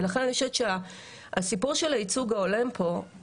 ולכן אני חושבת שהסיפור של הייצוג ההולם פה,